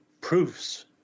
proofs